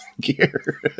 gear